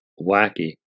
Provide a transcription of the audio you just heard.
wacky